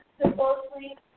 supposedly